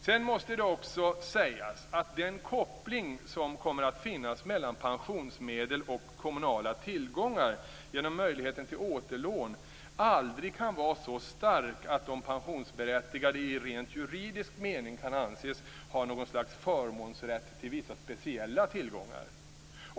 Sedan måste det också sägas att den koppling som kommer att finnas mellan pensionsmedel och kommunala tillgångar genom möjligheten till återlån aldrig kan vara så stark att de pensionsberättigade i rent juridisk mening kan anses ha någon slags förmånsrätt till vissa speciella tillgångar.